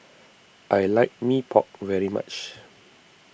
I like Mee Pok very much